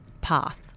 path